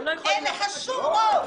אין לך שום רוב.